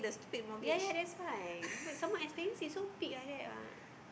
ya ya that's why wait some more expensive so big like that [what]